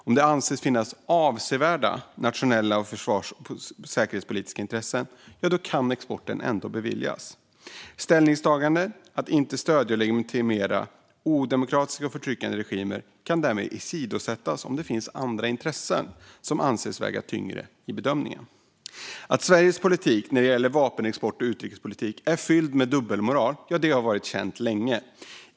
Om det anses finnas avsevärda nationella försvars eller säkerhetspolitiska intressen kan export ändå beviljas. Ställningstagandet att inte stödja och legitimera odemokratiska och förtryckande regimer kan därmed åsidosättas om det finns andra intressen som anses väga tyngre i bedömningen. Att Sveriges politik när det gäller vapenexport och utrikespolitik är fylld med dubbelmoral har varit känt länge.